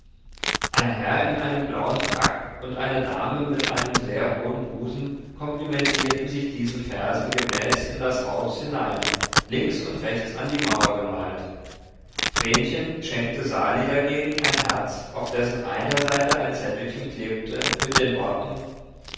ein herr in einem blauen frack und eine dame mit einem sehr hohen busen komplimentierten sich diesen versen gemäß in das haus hinein links und rechts an die mauer gemalt vrenchen schenkte sali dagegen ein herz auf dessen einer seite ein zettelchen klebte mit den worten